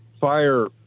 fire